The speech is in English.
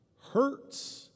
Hurts